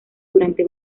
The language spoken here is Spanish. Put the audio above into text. durante